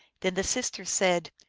then the sister said,